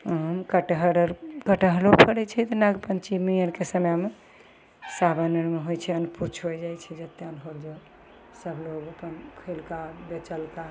आम कटहर आओर कटहरो फड़ै छै नागपञ्चमी आओरके समयमे सावन आओरमे होइ छै अन्नपच होइ जाइ छै जतेक सभलोक अपन खएलका बेचलका